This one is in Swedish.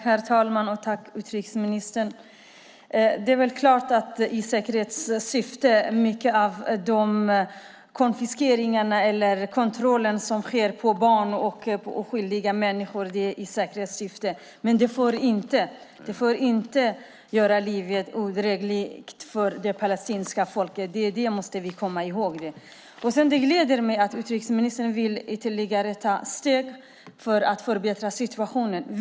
Herr talman! Tack, utrikesministern! Mycket av de konfiskeringar och den kontroll som sker av barn och oskyldiga människor görs i säkerhetssyfte. Men det får inte göra livet odrägligt för det palestinska folket. Det måste vi komma ihåg. Det gläder mig att utrikesministern vill ta ytterligare steg för att förbättra situationen.